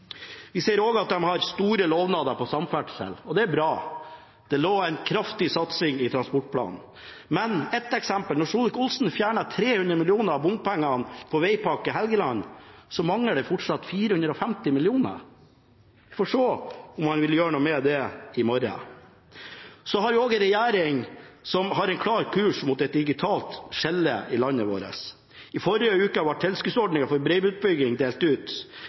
er bra. Det lå en kraftig satsing i transportplanen. Men et eksempel: Når Solvik-Olsen fjerner 300 mill. kr av bompengene på Veipakke Helgeland, mangler det fortsatt 450 mill. kr. Vi får se i morgen om han vil gjøre noe med det. Så har vi en regjering som også har en klar kurs mot et digitalt skille i landet vårt. I forrige uke ble tilskuddene til bredbåndsutbygging delt ut.